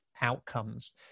outcomes